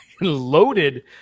loaded